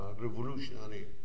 revolutionary